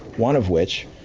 one of which,